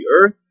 earth